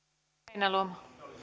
arvoisa